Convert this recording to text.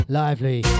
lively